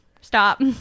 stop